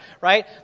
right